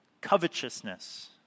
Covetousness